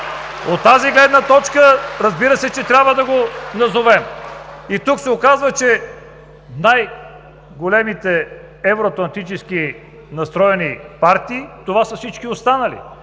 От тази гледна точка, разбира се, че трябва да го назовем. И тук се оказва, че най-големите евроатлантически настроени партии, това са всички останали